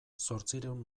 zortziehun